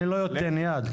אני לא אתן יד.